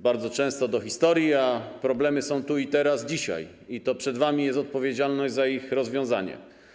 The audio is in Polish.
bardzo często do historii, a problemy są tu i teraz, dzisiaj, i to przed wami jest odpowiedzialność za ich rozwiązanie.